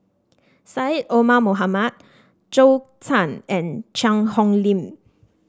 Syed Omar Mohamed Zhou Can and Cheang Hong Lim